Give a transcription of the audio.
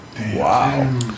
Wow